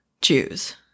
Jews